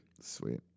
sweet